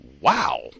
wow